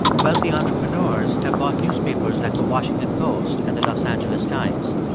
wealthy entrepreneurs have bought newspapers like the washington post and the los angeles times.